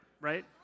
right